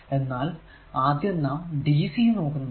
എന്നാൽ ആദ്യം നാം DC നോക്കുന്നതാണ്